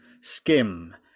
skim